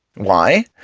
why?